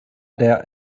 der